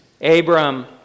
Abram